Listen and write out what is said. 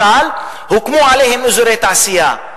הוקמו עליהם למשל אזורי תעשייה.